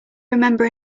remember